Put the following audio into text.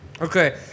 Okay